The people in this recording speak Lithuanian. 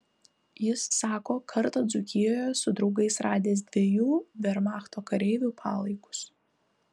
jis sako kartą dzūkijoje su draugais radęs dviejų vermachto kareivių palaikus